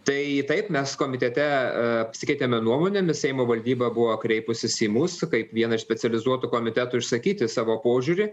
tai taip mes komitete apsikeitėme nuomonėmis seimo valdyba buvo kreipusis į mus kaip vieną iš specializuotų komitetų išsakyti savo požiūrį